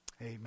Amen